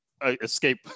escape